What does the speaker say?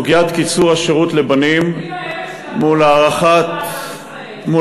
למה יש, שלא משרתים בכלל?